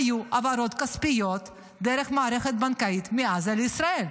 היו העברות כספיות דרך מערכת בנקאית מעזה לישראל.